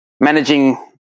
managing